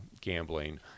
gambling